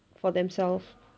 for themselves